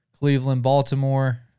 Cleveland-Baltimore